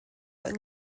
yng